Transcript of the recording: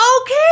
okay